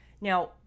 now